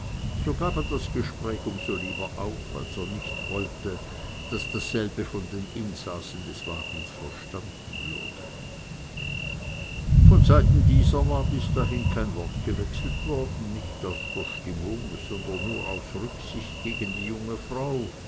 so gab er das gespräch um so lieber auf als er nicht wollte daß dasselbe von den insassen des wagens verstanden würde von seiten dieser war bis dahin kein wort gewechselt worden nicht aus verstimmung sondern nur aus rücksicht gegen die junge frau